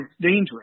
dangerous